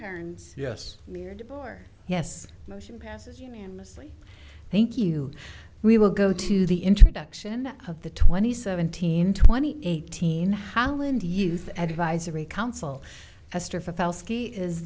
parents yes near door yes motion passes unanimously thank you we will go to the introduction of the twenty seventeen twenty eighteen holland youth advisory council